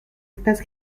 estas